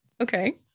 okay